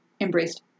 embraced